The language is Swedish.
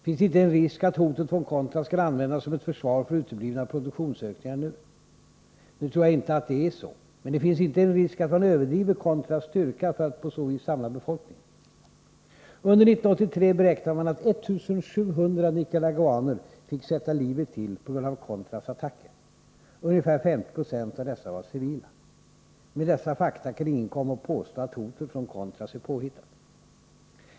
Finns det inte en risk att hotet från ”contras” kan användas som ett försvar för uteblivna produktionsökningar nu? Nu tror jag inte att det är så men finns det inte en risk att man överdriver ”contras” styrka för att på så vis samla befolkningen? Under 1983 beräknar man att 1 700 nicaraguaner fick sätta livet till pga ”contras” attacker. Ungefär 50 96 av dessa var civila. Med dessa fakta kan ingen komma och påstå att hotet från ”contras” är påhittat.